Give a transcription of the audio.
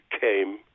came